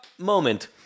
moment